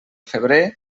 febrer